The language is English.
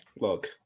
Look